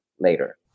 later